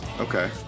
Okay